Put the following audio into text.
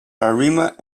arima